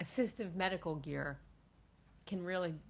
assistive medical gear can really,